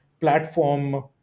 platform